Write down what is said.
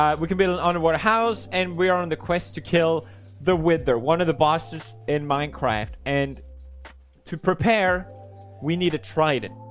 um we can build an underwater house and we are on the quest to kill the wither, one of the bosses in minecraft and to prepare we need a trident